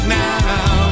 now